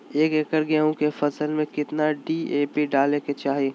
एक एकड़ गेहूं के फसल में कितना डी.ए.पी डाले के चाहि?